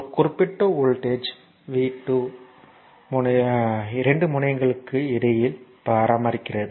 ஒரு குறிப்பிட்ட வோல்டேஜ் 2 முனையங்களுக்கு இடையில் பராமரிக்கிறது